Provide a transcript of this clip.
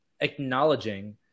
acknowledging